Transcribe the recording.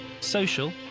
social